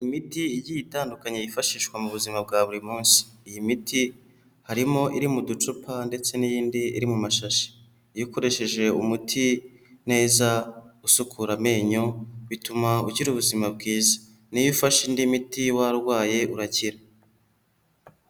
Imiti igiye itandukanye yifashishwa mu buzima bwa buri munsi. Iyi miti harimo iri mu ducupa ndetse n'iyindi iri mu mashashi. Iyo ukoresheje umuti neza usukura amenyo bituma ugira ubuzima bwiza. N'iyo ufashe indi miti warwaye urakira.